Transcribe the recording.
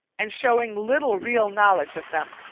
and showing little real knowledge of them.